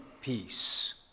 peace